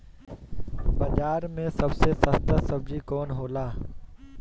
बाजार मे सबसे सस्ता सबजी कौन होला?